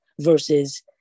versus